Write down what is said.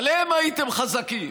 עליהם הייתם חזקים.